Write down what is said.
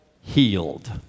healed